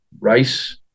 rice